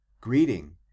Greeting